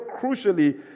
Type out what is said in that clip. crucially